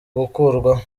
gukurwaho